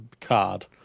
card